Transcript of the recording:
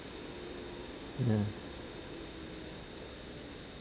ya